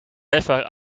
river